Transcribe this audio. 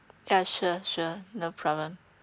yeah sure sure no problem